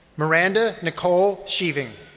miranda nicole sheaving.